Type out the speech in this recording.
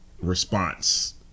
response